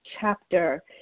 chapter